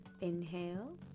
inhale